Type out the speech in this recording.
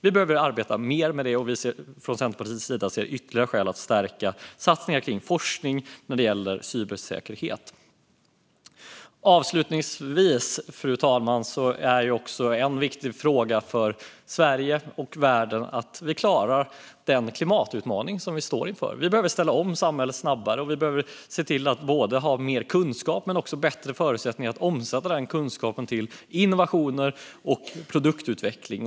Vi behöver arbeta mer med det, och vi ser från Centerpartiets sida ytterligare skäl att stärka satsningarna på forskning när det gäller cybersäkerhet. Fru talman! Avslutningsvis: En viktig fråga för Sverige och världen är att vi klarar den klimatutmaning som vi står inför. Vi behöver ställa om samhället snabbare, och vi behöver se till att ha mer kunskap men också bättre förutsättningar att omsätta denna kunskap till innovationer och produktutveckling.